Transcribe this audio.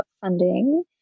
funding